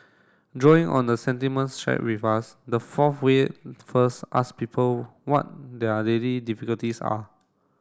drawing on the sentiments shared with us this fourth way first ask people what their daily difficulties are